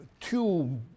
two